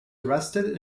arrested